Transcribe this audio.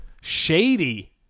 Shady